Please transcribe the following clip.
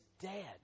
dead